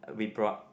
we brought